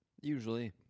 Usually